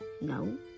No